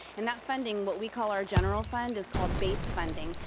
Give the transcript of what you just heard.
and that funding, what we call our general fund, is called base funding.